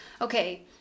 okay